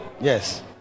yes